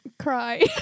cry